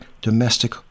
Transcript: domestic